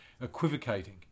equivocating